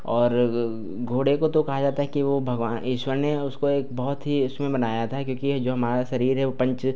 और घोड़े को कहा जाता है कि वह भगवान ईश्वर ने उसको एक बहुत ही उसमें बनाया था क्योंकि यह जो हमारा शरीर है वह पंच